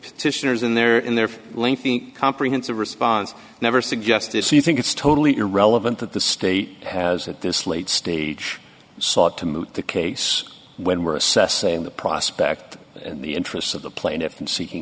petitioners in their in their length think comprehensive response never suggested she think it's totally irrelevant that the state has at this late stage sought to move the case when we're assessing the prospect and the interests of the plaintiffs in seeking